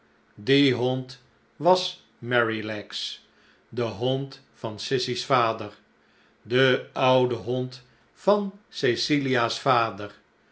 die hond was merrylegs de hond van sissy's vader de oude hond van cecilia's vader